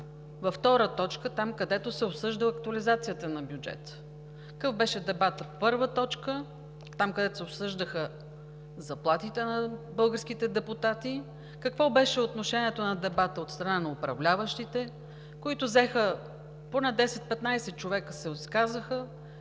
по втора точка, там, където се обсъжда актуализацията на бюджета? Какъв беше дебатът по първа точка, там, където се обсъждаха заплатите на българските депутати, какво беше отношението по дебата от страна на управляващите? Поне 10 – 15 човека се изказаха